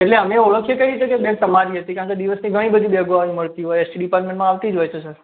એટલે અમે ઓળખીએ કઈ રીતે કે બેગ તમારી હતી કેમ કે દિવસની ઘણી બધી બેગો આવતી હોય એસ ટી ડીપાર્ટમેન્ટમાં આવતી જ હોય છે સર